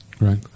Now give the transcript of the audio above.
Right